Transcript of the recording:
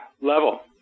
level